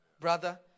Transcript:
brother